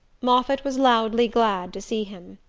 moffatt was loudly glad to see him.